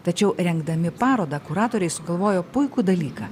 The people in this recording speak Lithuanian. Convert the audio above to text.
tačiau rengdami parodą kuratoriai sugalvojo puikų dalyką